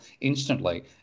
instantly